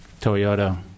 Toyota